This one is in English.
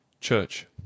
church